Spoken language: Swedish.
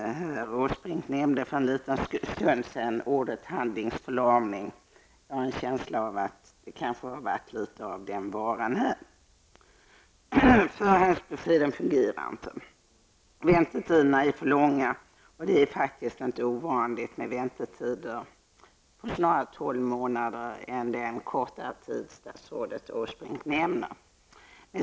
Herr statsrådet nämnde för en liten stund sedan ordet handlingsförlamning. Jag har en känsla av att det kanske har varit litet av den varan här. Förhandsbeskedsinstitutet fungerar inte. Väntetiderna är för långa, och det är faktiskt inte ovanligt med väntetider på snarare 12 månader än den korta tid som statsrådet Åsbrink nämnde.